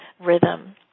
rhythm